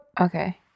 Okay